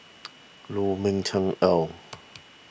Lu Ming Teh Earl